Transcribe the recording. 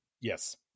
Yes